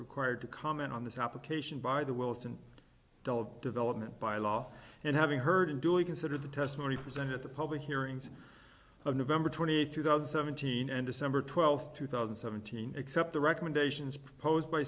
required to comment on this application by the wills and development by law and having heard and duly considered the testimony presented at the public hearings of november twenty eighth two thousand seventeen and december twelfth two thousand and seventeen except the recommendations proposed by